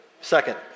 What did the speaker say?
Second